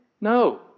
No